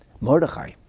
Mordechai